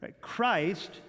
christ